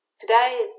today